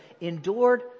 endured